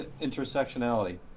intersectionality